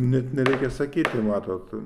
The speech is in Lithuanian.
net nereikia sakyti matot